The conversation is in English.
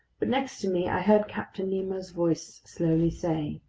but next to me i heard captain nemo's voice slowly say